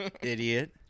Idiot